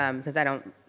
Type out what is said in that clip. um because i don't,